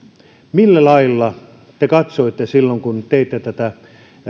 millä lailla te katsoitte silloin kun teillä oli tätä